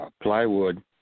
plywood